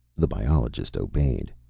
the biologist obeyed.